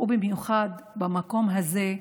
במיוחד במקום הזה,